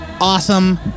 awesome